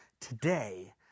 today